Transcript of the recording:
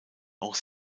auch